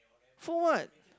for what